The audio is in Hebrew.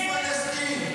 לא תהיה מדינת פלסטין.